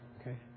Okay